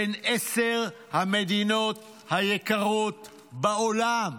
בין עשר המדינות היקרות בעולם.